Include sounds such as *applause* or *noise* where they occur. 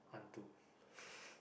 hantu *laughs*